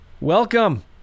Welcome